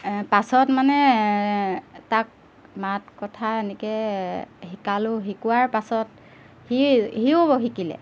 পাছত মানে তাক মাত কথা এনেকৈ শিকালোঁ শিকোৱাৰ পাছত সিয়েই সিও শিকিলে